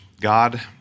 God